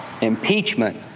Impeachment